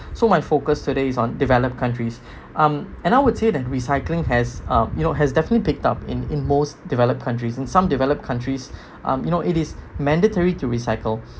so my focus today is on developed countries um I would say that recycling has um you know has definitely picked up in in most developed countries in some developed countries um you know it is mandatory to recycle